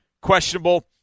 questionable